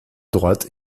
droite